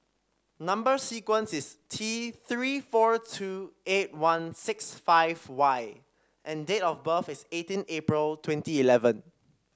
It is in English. number sequence is T Three four two eight one six five Y and date of birth is eighteen April twenty eleven